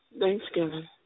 Thanksgiving